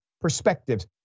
perspectives